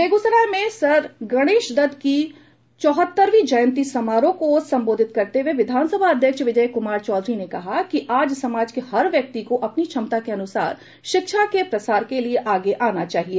बेगूसराय में सर गणेशदत्त की चौहतरवीं जयंती समारोह को संबोधित करते हुए विधानसभा अध्यक्ष विजय क्मार चौधरी ने कहा कि आज समाज के हर व्यक्ति को अपनी क्षमता के अनुसार शिक्षा के प्रसार के लिए आगे आना चाहिए